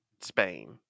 Spain